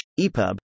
EPUB